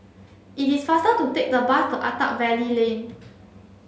it is faster to take the bus to Attap Valley Lane